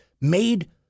made